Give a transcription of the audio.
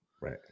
right